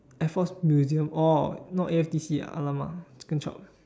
air force museum orh not A_F_T_C ah !alamak! chicken chop